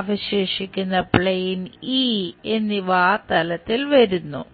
അവശേഷിക്കുന്ന plane E എന്നിവ ആ തലത്തിൽ വരുന്നു